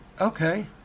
Okay